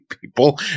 people